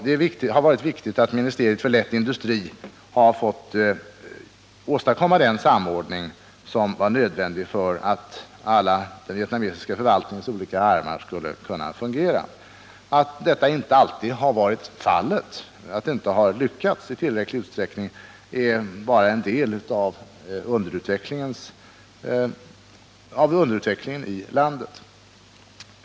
Det har varit viktigt att ministeriet för lätt industri har fått åstadkomma den samordning som var nödvändig för att hela den vietnamesiska förvaltningens olika armar skulle kunna fungera. Att så inte alltid har varit fallet, att man inte lyckats i tillräcklig utsträckning, är bara en del av underutvecklingen i landet.